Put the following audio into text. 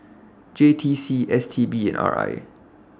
J T C S T B and R I